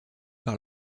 par